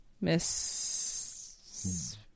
Miss